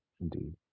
Indeed